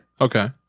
Okay